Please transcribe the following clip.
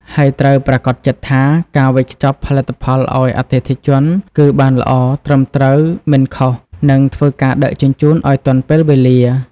ហើយត្រូវប្រាកដចិត្តថា ការវេចខ្ចប់ផលិតផលឲ្យអតិថិជនគឺ បានល្អ ត្រឹមត្រូវ មិនខុស និងធ្វើការដឹកជញ្ជូនឲ្យទាន់ពេលវេលា។